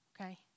okay